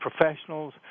professionals